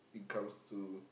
it comes to